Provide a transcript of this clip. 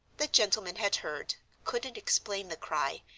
the gentlemen had heard, couldn't explain the cry,